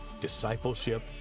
discipleship